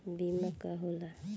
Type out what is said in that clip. बीमा का होला?